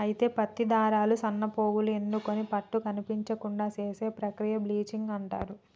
అయితే పత్తి దారాలు సన్నపోగులు ఎన్నుకొని పట్టుల కనిపించడానికి చేసే ప్రక్రియ బ్లీచింగ్ అంటారు